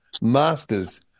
masters